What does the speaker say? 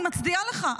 אני מצדיעה לך,